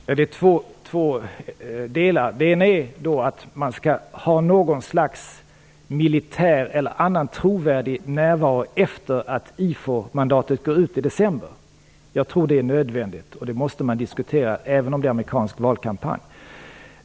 Herr talman! Det är två delar. Den ena är att man skall ha något slags militär eller annan trovärdig närvaro efter att IFOR-mandatet går ut i december. Jag tror att det är nödvändigt. Det måste man diskutera även om det är amerikansk valkampanj.